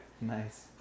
Nice